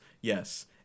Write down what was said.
Yes